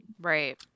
Right